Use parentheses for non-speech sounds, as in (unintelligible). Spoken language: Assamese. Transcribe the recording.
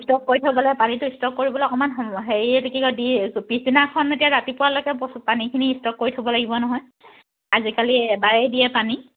ষ্টক কৰি থ'বলে পানীটো ষ্টক কৰিবলে অকমান (unintelligible) দি পিছদিনাখন এতিয়া ৰাতিপুৱালৈকে বস্তু পানীখিনি ষ্টক কৰি থ'ব লাগিব নহয় আজিকালি এবাৰেই দিয়ে পানী